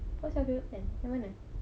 what's your favourite pen yang mana